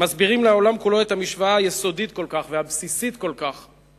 מסבירים לעולם כולו את המשוואה היסודית כל כך והבסיסית כל כך: